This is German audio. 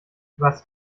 was